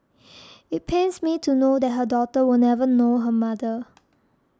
it pains me to know that her daughter will never know her mother